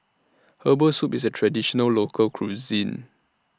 Herbal Soup IS A Traditional Local Cuisine